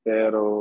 Pero